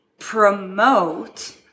promote